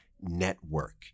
network